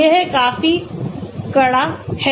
यह काफी कड़ा है